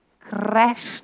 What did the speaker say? crashed